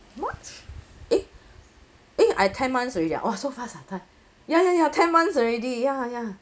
[what] eh eh I ten months already ah !wah! so fast ah time ya ya ya ten months already ya ya